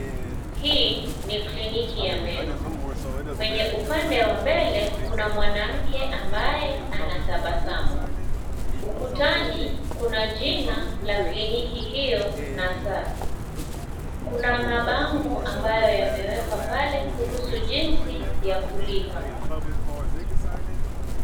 Hii, ni kliniki ya meno, kwenye upande wa mbele, kuna mwanamke ambaye, anatabasamu, ukutani, kuna jina, la kliniki hio, na saa, kuna mabango ambayo yamewekwa pale kuhusu jinsi ya kulipa.